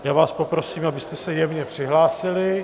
Já vás poprosím, abyste se přihlásili.